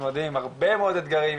מתמודדים עם הרבה מאוד אתגרים,